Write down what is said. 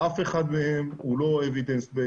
אף אחד מהם הוא לא evidence based,